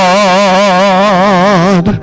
God